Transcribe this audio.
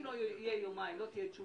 אם לא תהיה בתוך יומיים תשובה,